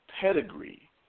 pedigree